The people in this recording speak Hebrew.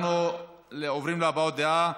אנחנו עוברים להבעות דעה.